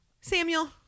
Samuel